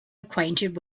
acquainted